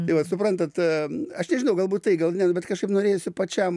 tai vat suprantat aš nežinau galbūt tai gal ne nu bet kažkaip norėjosi pačiam